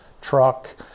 truck